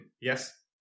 Yes